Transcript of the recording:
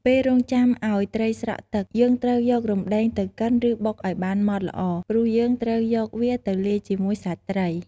ពេលរង់ចាំឱ្យត្រីស្រក់ទឹក យើងត្រូវយករំដេងទៅកិន ឬ បុកឱ្យបានម៉ដ្ដល្អ ព្រោះយើងត្រូវយកវាទៅលាយជាមួយសាច់ត្រី។